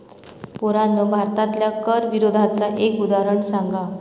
पोरांनो भारतातल्या कर विरोधाचा एक उदाहरण सांगा